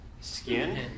skin